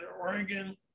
Oregon